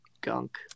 gunk